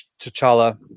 T'Challa